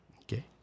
Okay